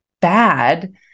bad